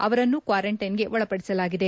ಅವರನ್ನು ಕ್ನಾರಂಟ್ಲೆನ್ಗೆ ಒಳಪಡಿಸಲಾಗಿದೆ